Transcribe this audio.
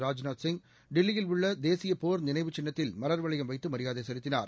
ராஜ்நாத்சிங் டெல்லியில் உள்ள தேசிய போர் நினைவுச் சின்னத்தில் மலர் வளையம் வைத்து மரியாதை செலுத்தினார்